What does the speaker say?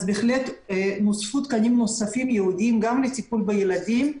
אז בהחלט נוספו תקנים נוספים ייעודיים גם לטיפול בילדים,